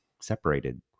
separated